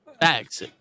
facts